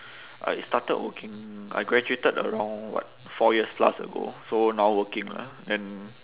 I started working I graduated around like four years plus ago so now working lah then